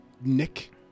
nick